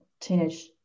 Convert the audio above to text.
teenage